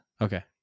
Okay